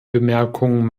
bemerkungen